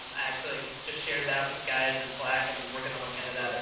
um actually just shared that with the guys in slack. and we're going to look into that. ah